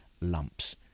lumps